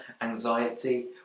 anxiety